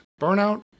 burnout